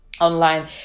online